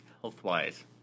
health-wise